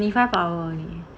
twenty five hour only